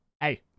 Hey